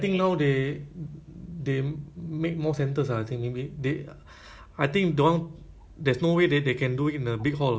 so I think they or or maybe the hall have but then half the what occupancy is half